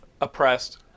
oppressed